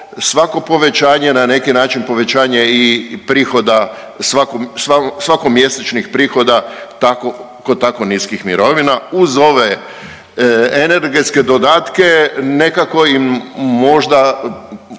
svako povećanje na neki način povećanje i prihoda, svakomjesečnih prihoda kod tako niskih mirovina uz ove energetske dodatke nekako im možda